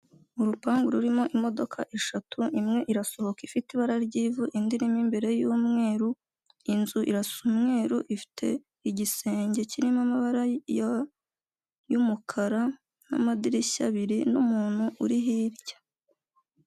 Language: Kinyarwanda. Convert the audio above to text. Urupangu rurimo imodoka eshatu, imwe irasohoka ifite ibara ry'ivu, indi irimo imbere y'umweru, inzu irasa umweru ifite igisenge kirimo amabara y'umukara n'amadirishya abiri n'umuntu uri hirya.